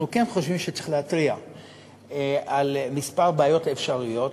אנחנו כן חושבים שצריך להתריע על כמה בעיות אפשריות,